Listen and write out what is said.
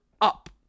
up